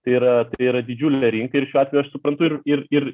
tai yra tai yra didžiulė rinka ir šiuo atveju aš suprantu ir ir ir